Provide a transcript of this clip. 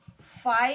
five